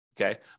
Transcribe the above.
okay